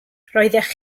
roeddech